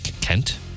Kent